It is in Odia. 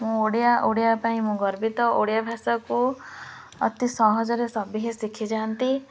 ମୁଁ ଓଡ଼ିଆ ଓଡ଼ିଆ ପାଇଁ ମୁଁ ଗର୍ବିତ ଓଡ଼ିଆ ଭାଷାକୁ ଅତି ସହଜରେ ସଭିଏଁ ଶିଖିଯାଆନ୍ତି